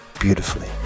beautifully